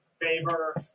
favor